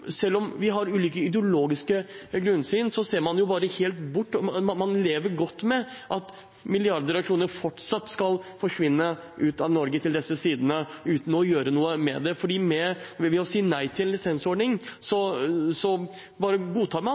Selv om vi har ulike ideologiske grunnsyn, ser man bare helt bort fra dette – man lever godt med at milliarder av kroner fortsatt skal forsvinne ut av Norge til disse sidene, uten å gjøre noe med det. Ved å si nei til lisensordning